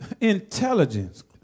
intelligence